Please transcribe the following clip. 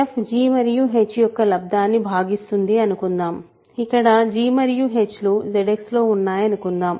f g మరియు h యొక్క లబ్దాన్ని భాగిస్తుంది అనుకుందాం ఇక్కడ g మరియు h లు ZX లో ఉన్నాయనుకుందాం